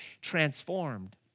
transformed